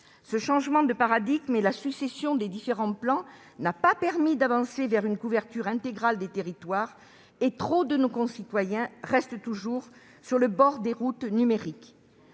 Ce changement de paradigme et la succession des différents plans n'ont pas permis d'avancer vers une couverture intégrale des territoires, et trop de nos concitoyens restent toujours sur le bord des routes numériques.